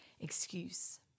excuse